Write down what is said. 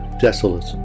desolate